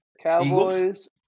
Cowboys